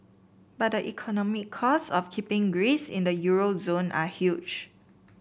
but the economic cost of keeping Greece in the euro zone are huge